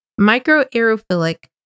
microaerophilic